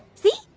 see?